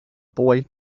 boy